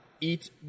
eat